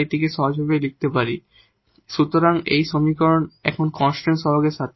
এটি একটি সুতরাং এই সমীকরণ এখন কনস্ট্যান্ট কোইফিসিয়েন্টের সাথে